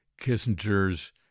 Kissinger's